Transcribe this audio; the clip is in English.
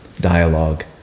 dialogue